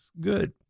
good